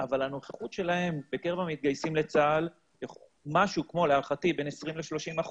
אבל הנוכחות שלהם בקרב המתגייסים לצה"ל היא להערכתי כ-20%-30%.